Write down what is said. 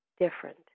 different